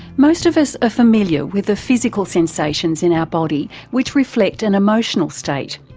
most of us are familiar with the physical sensations in our body which reflect an emotional state,